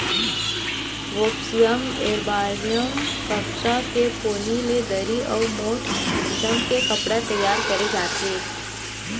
Gossypium arboreum कपसा के पोनी ले दरी अउ मोठ किसम के कपड़ा तइयार करे जाथे